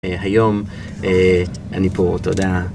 היום אני פה, תודה.